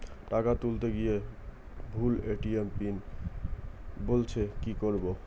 টাকা তুলতে গিয়ে ভুল এ.টি.এম পিন বলছে কি করবো?